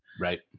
Right